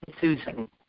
Susan